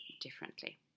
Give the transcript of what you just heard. differently